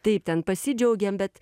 taip ten pasidžiaugiam bet